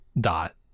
dot